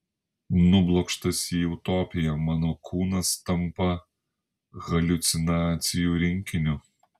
nublokštas į utopiją mano kūnas tampa haliucinacijų rinkiniu